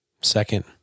Second